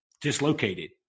dislocated